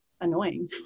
annoying